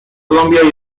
columbia